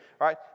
right